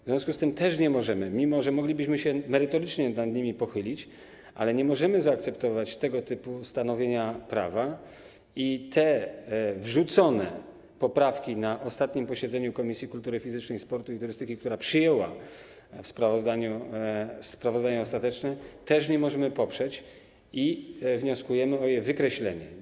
W związku z tym też nie możemy, mimo że moglibyśmy się merytorycznie nad nimi pochylić, ale nie możemy zaakceptować tego typu stanowienia prawa i tych poprawek wrzuconych na ostatnim posiedzeniu Komisji Kultury Fizycznej, Sportu i Turystyki, która przyjęła sprawozdanie ostateczne, też nie możemy poprzeć i wnioskujemy o ich wykreślenie.